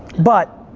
but,